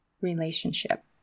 relationship